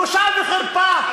בושה וחרפה.